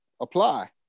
Apply